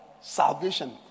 salvation